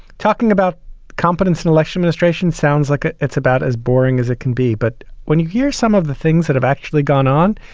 talking about competence in election ministration. sounds like ah it's about as boring as it can be. but when you hear some of the things that have actually gone on,